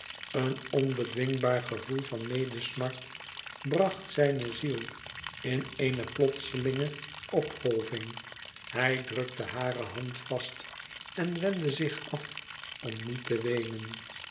een onbedwingbaar gevoel van medesmart bracht zijne ziel in eene plotselinge opgolving hij drukte hare hand vast en wendde zich af om niet te weenen